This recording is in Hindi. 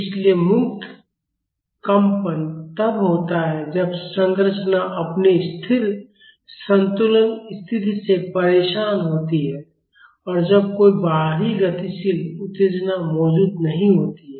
इसलिए मुक्त कंपन तब होता है जब संरचना अपनी स्थिर संतुलन स्थिति से परेशान होती है और जब कोई बाहरी गतिशील उत्तेजना मौजूद नहीं होती है